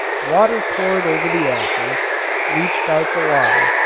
water poured over the ashes leached out the lye,